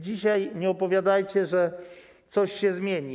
Dzisiaj nie opowiadajcie, że coś się zmieni.